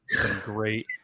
great